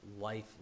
life